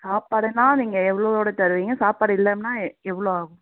சாப்பாடுனால் நீங்கள் எவ்வளோனு தருவீங்கள் சாப்பாடு இல்லைனா எ எவ்வளோ ஆகும்